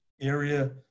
area